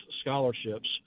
scholarships